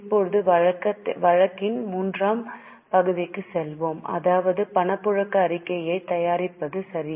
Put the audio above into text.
இப்போது வழக்கின் மூன்றாம் பகுதிக்கு செல்வோம் அதாவது பணப்புழக்க அறிக்கையைத் தயாரிப்பது சரி